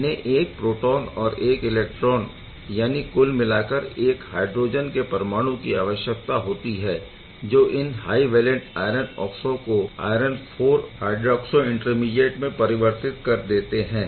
इन्हें एक प्रोटोन और एक इलेक्ट्रॉन यानि कुल मिलकर एक हायड्रोजन के परमाणु की आवश्यकता होती है जो इन हाइ वैलेंट आयरन ऑक्सो को आयरन IV हायड्रॉक्सो इंटरमीडिएट में परिवर्तित कर देते हैं